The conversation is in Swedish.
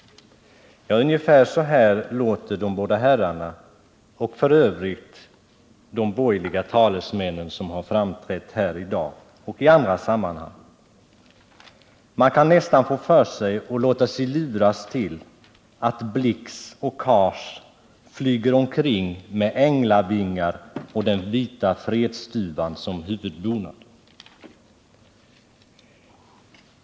Ja, ungefär så här låter de båda herrarna och för övrigt de borgerliga talesmän som har framträtt här i dag och i andra sammanhang. Man kan nästan få för sig och låta sig luras till att herrar Blix och Cars flaxar omkring med änglavingar och med den vita fredsduvan som huvudbonad.